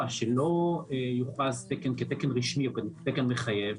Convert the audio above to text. שלא יוכרז תקן כתקן רשמי או כתקן מחייב,